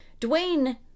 Dwayne